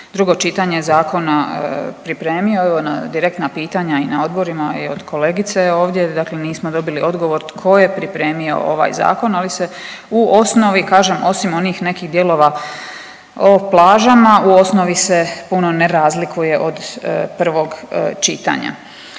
drugo čitanje zakona pripremio. Na direktna pitanja i na odborima i od kolegice ovdje nismo dobili odgovor tko je pripremio ovaj zakon, ali se u osnovi kažem osim onih nekih dijelova o plažama u osnovi se puno ne razlikuje od prvog čitanja.